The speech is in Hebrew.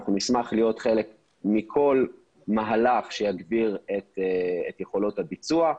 אנחנו נשמח להיות חלק מכל מהלך שיגביר את יכולות הביצוע,